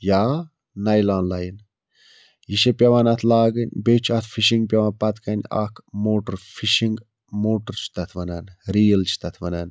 یا nylon line یہِ چھِ پیٚوان اَتھ لاگٕنۍ بیٚیہِ چھِ اَتھ فِشِنٛگ پیٚوان پَتہٕ کَنہِ اَکھ موٹَر فِشِنٛگ موٹَر چھُ تتھ وَنان ریٖل چھِ تَتھ وَنان